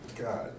god